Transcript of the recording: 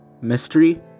mystery